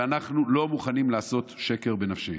ואנחנו לא מוכנים לעשות שקר בנפשנו.